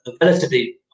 relatively